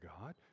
God